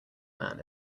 man